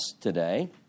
today